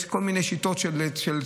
יש כל מיני שיטות של תשלומים.